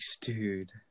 dude